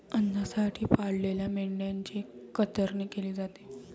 अन्नासाठी पाळलेल्या मेंढ्यांची कतरणी केली जाते